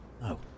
no